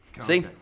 See